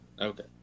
Okay